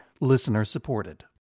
Listener-supported